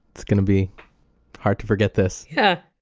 it's going to be hard to forget this. yeah.